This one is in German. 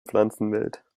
pflanzenwelt